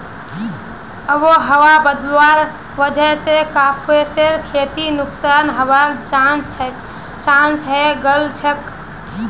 आबोहवा बदलवार वजह स कपासेर खेती नुकसान हबार चांस हैं गेलछेक